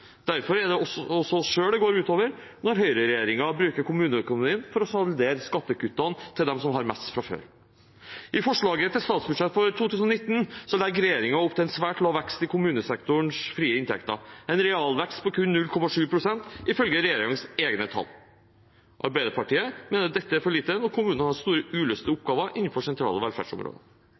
Derfor er det også oss selv det går ut over når høyreregjeringen bruker kommuneøkonomien for å saldere skattekuttene til dem som har mest fra før. I forslaget til statsbudsjett for 2019 legger regjeringen opp til en svært lav vekst i kommunesektorens frie inntekter, en realvekst på kun 0,7 pst., ifølge regjeringens egne tall. Arbeiderpartiet mener dette er for lite når kommunene har store uløste oppgaver innenfor sentrale velferdsområder.